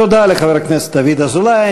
תודה לחבר הכנסת דוד אזולאי.